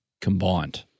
combined